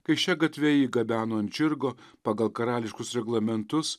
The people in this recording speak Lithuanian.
kai šia gatve jį gabeno ant žirgo pagal karališkus reglamentus